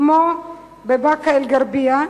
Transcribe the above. כמו באקה-אל-ע'רביה,